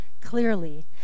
clearly